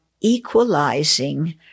equalizing